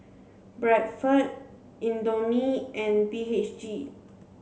Bradford Indomie and B H G